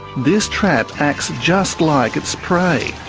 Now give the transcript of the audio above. this trap acts just like its prey,